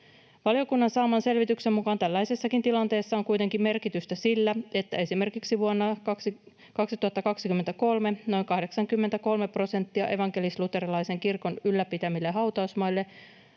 Valiokunnan saaman selvityksen mukaan tällaisessakin tilanteessa on kuitenkin merkitystä sillä, että esimerkiksi vuonna 2023 noin 83 prosenttia evankelis-luterilaisen kirkon ylläpitämille hautausmaille